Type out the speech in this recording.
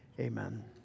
Amen